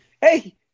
Hey